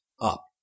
up